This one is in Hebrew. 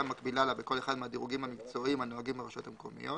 מקבילה לה בכל אחד מהדירוגים המקצועיים הנוהגים ברשויות המקומיות,